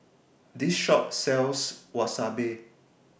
This Shop sells Wasabi